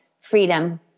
freedom